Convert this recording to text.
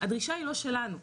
הדרישה היא לא שלנו.